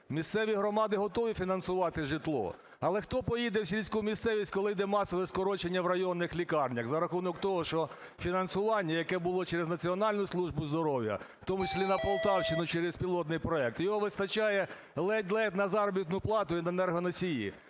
місцеві громади готові фінансувати житло, але хто поїде в сільську місцевість, коли іде масове скорочення в районних лікарнях за рахунок того, що фінансування, яке було через Національну службу здоров'я, в тому числі на Полтавщину, через пілотний проект, його вистачає ледь-ледь на заробітну плату і на енергоносії?